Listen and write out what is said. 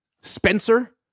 Spencer